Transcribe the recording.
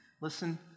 Listen